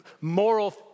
moral